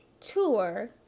tour